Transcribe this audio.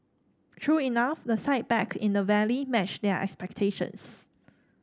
true enough the sight back in the valley matched their expectations